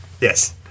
yes